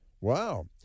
Wow